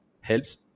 helps